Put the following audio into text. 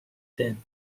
then